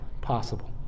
possible